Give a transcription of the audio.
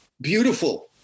beautiful